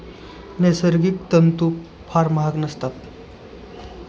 नैसर्गिक तंतू फार महाग नसतात